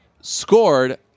scored